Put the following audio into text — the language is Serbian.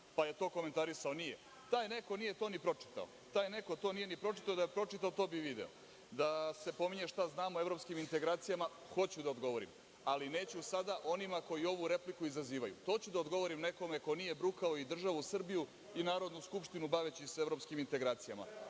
li je to komentarisao? Nije. Taj neko nije to ni pročitao, da je pročitao to bi video. Da se pominje šta znamo o evropskim integracijama, hoću da odgovorim ali neću sada onima koji ovu repliku izazivaju. To ću da odgovorim nekome koji nije brukao državu Srbiju i Narodnu skupštinu baveći se evropskim integracijama.